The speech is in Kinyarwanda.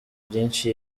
byinshi